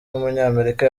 w’umunyamerika